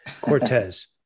Cortez